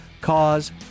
cause